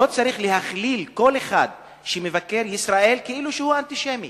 לא צריך להכליל כל אחד שמבקר את ישראל כאילו שהוא אנטישמי